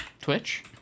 twitch